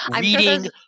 reading